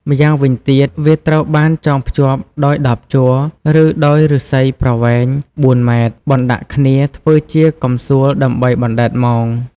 ម្យ៉ាងវិញទៀត វាត្រូវបានចងភ្ជាប់ដោយដបជ័រ ឬដោយឬស្សីប្រវែង ៤ម៉ែត្រ បណ្តាក់គ្នាធ្វើជាកំសួលដើម្បីបណ្តែតមង។